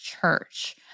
church